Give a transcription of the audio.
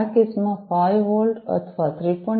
કેસમાં 5 વોલ્ટ અથવા 3